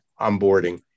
onboarding